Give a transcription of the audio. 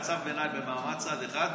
צו ביניים במעמד צד אחד,